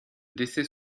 décès